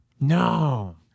No